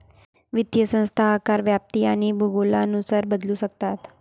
वित्तीय संस्था आकार, व्याप्ती आणि भूगोलानुसार बदलू शकतात